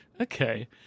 Okay